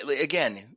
again –